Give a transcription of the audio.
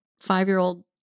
five-year-old